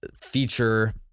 feature